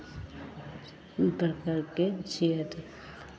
ई कर करि कऽ छियै एतय